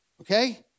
okay